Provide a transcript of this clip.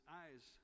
eyes